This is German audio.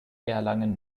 erlangen